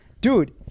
Dude